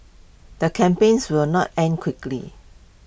the campaigns will not end quickly